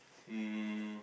um